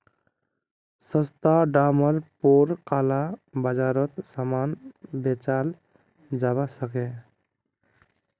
सस्ता डामर पोर काला बाजारोत सामान बेचाल जवा सकोह